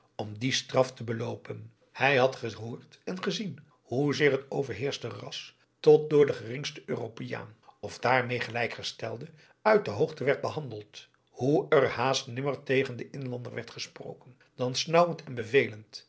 om die straf te beloopen hij had gehoord en gezien hoezeer het overheerschte ras tot door den geringsten europeaan of daarmee gelijkgestelde uit de hoogte werd behandeld hoe er haast nimmer tegen den inlander werd gesproken dan snauwend en bevelend